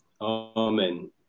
amen